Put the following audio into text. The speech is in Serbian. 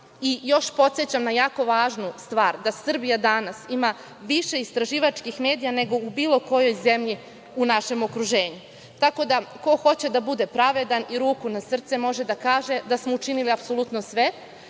i još podsećam na jako važnu stvar, da Srbija danas ima više istraživačkih medija nego u bilo kojoj zemlji u našem okruženju. Tako da ko hoće da bude pravedan i ruku na srce može da kaže da smo učinili apsolutno sve,